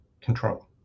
control